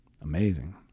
Amazing